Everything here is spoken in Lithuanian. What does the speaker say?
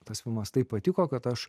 tas filmas taip patiko kad aš